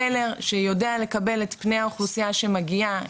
טלר שיודע לקבל את פני האוכלוסייה שמגיעה,